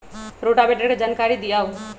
Rotavator के जानकारी दिआउ?